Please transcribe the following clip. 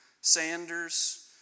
Sanders